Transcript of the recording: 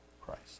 Christ